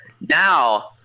now